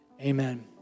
amen